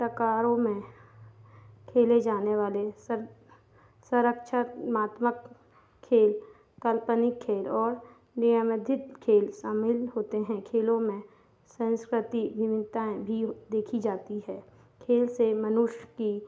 पकारों में खेले जाने वाले सब सरक्षकनात्मक खेल काल्पनिक खेल और नियामाजित खेल शामिल होते हैं खेलों में सँस्कृति विभिन्नताएँ भी देखी जाती हैं खेल से मनुष्य की